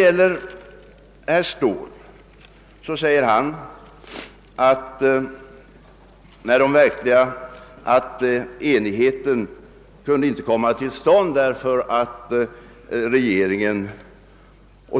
Herr Ståhl sade att enigheten inte kunde komma till stånd, därför att